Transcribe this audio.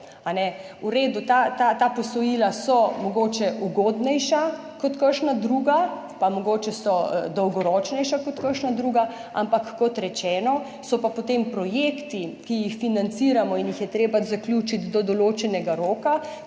ta posojila so mogoče ugodnejša kot kakšna druga, mogoče so dolgoročnejša kot kakšna druga, ampak kot rečeno, so pa potem projekti, ki jih financiramo in jih je treba zaključiti do določenega roka,